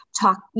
talk